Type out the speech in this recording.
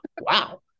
Wow